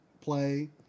play